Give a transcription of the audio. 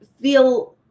feel